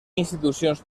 institucions